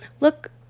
look